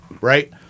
Right